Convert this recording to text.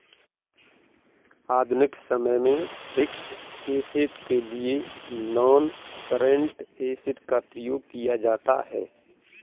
आधुनिक समय में फिक्स्ड ऐसेट के लिए नॉनकरेंट एसिड का प्रयोग किया जाता है